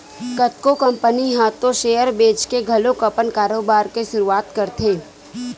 कतको कंपनी ह तो सेयर बेंचके घलो अपन कारोबार के सुरुवात करथे